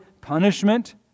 punishment